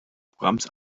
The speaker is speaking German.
programms